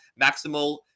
Maximal